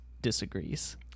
disagrees